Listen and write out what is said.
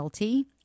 LT